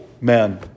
men